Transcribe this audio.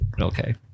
okay